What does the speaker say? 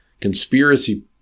conspiracy